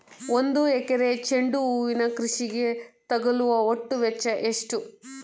ಒಂದು ಎಕರೆ ಚೆಂಡು ಹೂವಿನ ಕೃಷಿಗೆ ತಗಲುವ ಒಟ್ಟು ವೆಚ್ಚ ಎಷ್ಟು?